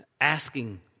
asking